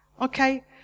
Okay